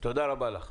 תודה רבה לך.